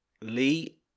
Lee